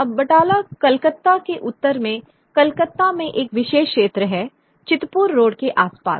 अब बटाला कलकत्ता के उत्तर में कलकत्ता में एक विशेष क्षेत्र है चितपुर रोड के आसपास